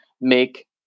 make